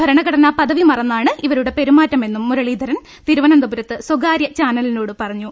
ഭരണഘടനാ പദവി മറന്നാണ് ഇവ രുടെ പെരുമാറ്റമെന്നും മുരളീധരൻ തിരുവനന്തപുരത്ത് സ്ഥകാര്യ ചാനലിനോട് പറഞ്ഞു